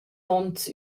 ons